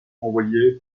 envoyé